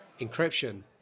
encryption